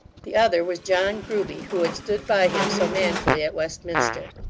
the other was john grueby, who had stood by him so manfully at westminster.